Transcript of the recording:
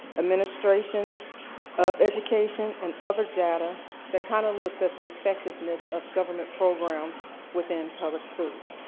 administration of education and other data that kind of looks at the effectiveness of government programs within public schools.